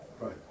Right